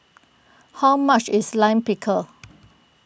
how much is Lime Pickle